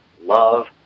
love